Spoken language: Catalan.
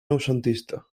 noucentista